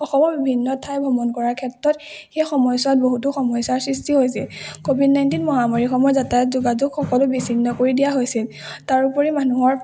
অসমৰ বিভিন্ন ঠাই ভ্ৰমণ কৰাৰ ক্ষেত্ৰত সেই সময়ছোৱাত বহুতো সমস্যাৰ সৃষ্টি হৈছিল ক'ভিড নাইণ্টিন মহামাৰীসমূহৰ যাতায়াত যোগাযোগ সকলো বিচ্চিন্ন কৰি দিয়া হৈছিল তাৰোপৰি মানুহৰ